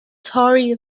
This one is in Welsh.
torri